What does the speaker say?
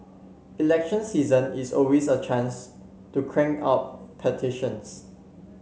election season is always a chance to crank out petitions